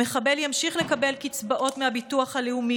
המחבל ימשיך לקבל קצבאות מהביטוח הלאומי